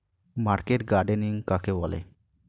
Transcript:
Market gardening কাকে বলে?